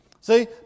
See